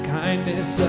kindness